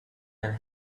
and